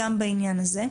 גם בעניין הזה.